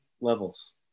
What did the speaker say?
levels